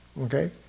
okay